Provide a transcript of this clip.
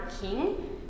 king